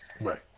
Right